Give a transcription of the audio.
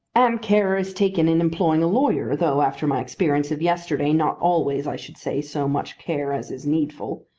and care is taken in employing a lawyer though, after my experience of yesterday, not always, i should say, so much care as is needful.